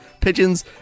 Pigeons